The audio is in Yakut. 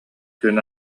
күн